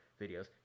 videos